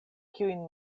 kiujn